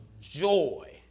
joy